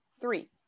Three